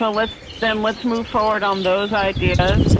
so let's then let's move forward on those ideas.